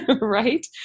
right